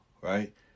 right